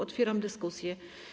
Otwieram dyskusję.